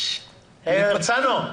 הרצנו,